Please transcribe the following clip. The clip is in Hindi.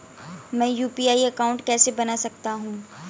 मैं यू.पी.आई अकाउंट कैसे बना सकता हूं?